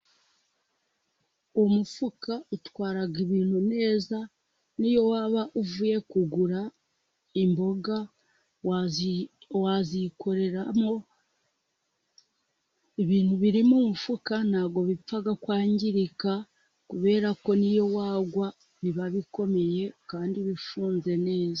Umufuka utwara ibintu neza, n'iyo waba uvuye kugura imboga wazikoreramo, ibintu biri umufuka ntabwo bipfa kwangirika kubera ko niyo wagwa biba bikomeye kandi bifunze neza.